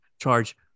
charge